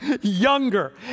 younger